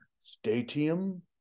Stadium